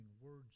words